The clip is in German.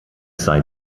sei